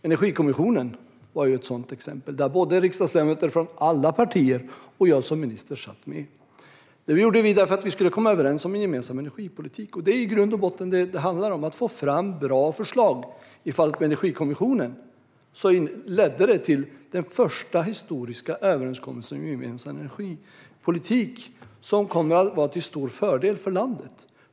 Energikommissionen är ett sådant exempel, där både riksdagsledamöter från alla partier och jag som minister satt med. Det gjorde vi för att vi skulle komma överens om en gemensam energipolitik, och det är i grund och botten vad det handlar om: att få fram bra förslag. I fallet med Energikommissionen ledde det till den första överenskommelsen i historien om en gemensam energipolitik, vilket kommer att vara till stor fördel för landet.